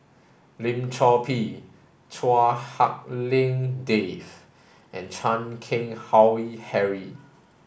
Lim Chor Pee Chua Hak Lien Dave and Chan Keng Howe Harry